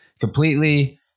completely